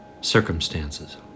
circumstances